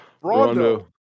Rondo